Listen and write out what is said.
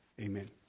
Amen